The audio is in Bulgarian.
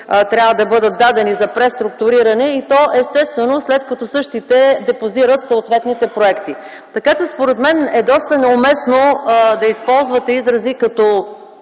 трябва да бъдат дадени за преструктуриране, и то естествено след като същите депозират съответните проекти. Според мен е доста неуместно да използвате изрази като: